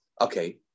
Okay